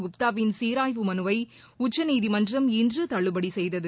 குப்தா வின் சீராய்வு மனுவை உச்சநீதிமன்றம் இன்று தள்ளுபடி செய்தது